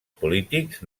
polítics